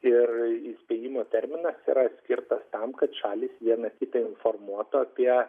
ir įspėjimo terminas yra skirtas tam kad šalys viena kitą informuotų apie